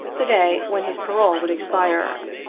the day when his parole would expire.